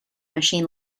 machine